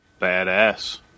Badass